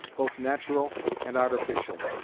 both natural and artificial.